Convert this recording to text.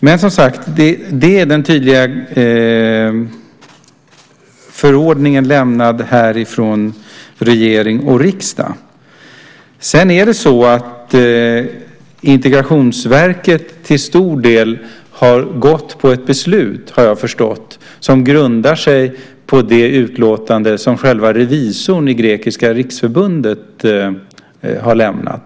Det är som sagt den tydliga förordningen lämnad från regering och riksdag. Integrationsverket har fattat ett beslut som till stor del, har jag förstått, grundar sig på det utlåtande som revisorn i Grekiska Riksförbundet har lämnat.